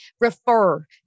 refer